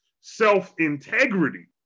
self-integrity